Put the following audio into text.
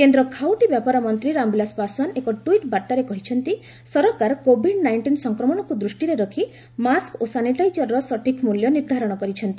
କେନ୍ଦ୍ର ଖାଉଟୀ ବ୍ୟାପାର ମନ୍ତ୍ରୀ ରାମବିଳାସ ପାଶଓ୍ୱାନ ଏକ ଟ୍ସିଟ୍ ବାର୍ତ୍ତାରେ କହିଛନ୍ତି ସରକାର କୋଭିଡ ନାଇଷ୍ଟିନ୍ ସଂକ୍ରମଣକୁ ଦୂଷ୍ଟିରେ ରଖି ମାସ୍କ ଓ ସାନିଟାଇଜରର ସଠିକ୍ ମୂଲ୍ୟ ନିର୍ଦ୍ଧାରଣ କରିଛନ୍ତି